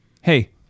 hey